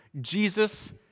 Jesus